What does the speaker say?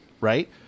right